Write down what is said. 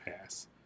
Pass